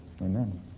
Amen